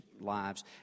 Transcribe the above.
lives